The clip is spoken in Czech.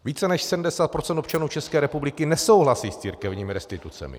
Více než 70 procent občanů České republiky nesouhlasí s církevními restitucemi.